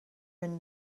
been